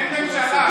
אין ממשלה.